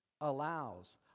allows